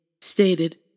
stated